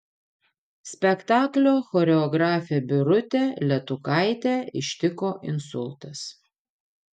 spektaklio choreografę birutę letukaitę ištiko insultas